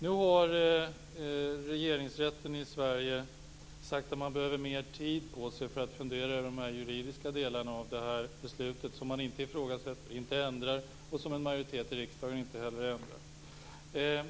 Nu har regeringsrätten i Sverige sagt att den behöver mer tid på sig för att fundera över de juridiska delarna av det beslut som man inte ifrågasätter och inte ändrar, och som en majoritet i riksdagen inte heller ändrar.